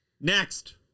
Next